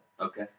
Okay